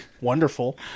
wonderful